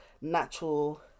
natural